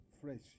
fresh